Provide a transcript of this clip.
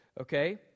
okay